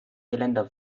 geländer